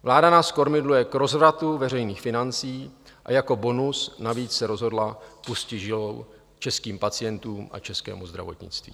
Vláda nás kormidluje k rozvratu veřejných financí a jako bonus navíc se rozhodla pustit žilou českým pacientům a českému zdravotnictví.